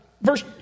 verse